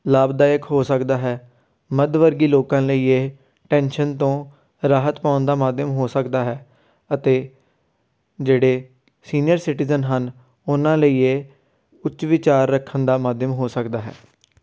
ਲਾਭਦਾਇਕ ਹੋ ਸਕਦਾ ਹੈ ਮੱਧ ਵਰਗੀ ਲੋਕਾਂ ਲਈ ਇਹ ਟੈਨਸ਼ਨ ਤੋਂ ਰਾਹਤ ਪਾਉਣ ਦਾ ਮਾਧਿਅਮ ਹੋ ਸਕਦਾ ਹੈ ਅਤੇ ਜਿਹੜੇ ਸੀਨੀਅਰ ਸਿਟੀਜਨ ਹਨ ਉਹਨਾਂ ਲਈ ਇਹ ਉੱਚ ਵਿਚਾਰ ਰੱਖਣ ਦਾ ਮਾਧਿਅਮ ਹੋ ਸਕਦਾ ਹੈ